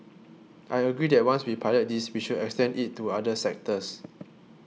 I agree that once we pilot this we should extend it to other sectors